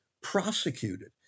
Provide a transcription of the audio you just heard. prosecuted